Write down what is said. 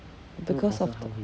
because of the